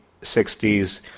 60s